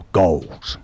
goals